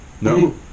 No